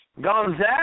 Gonzaga